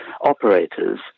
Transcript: operators